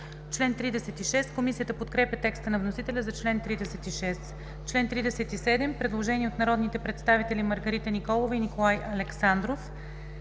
втора. Комисията подкрепя текста на вносителя за чл. 36. По чл. 37 има предложение от народните представители Маргарита Николова и Николай Александров: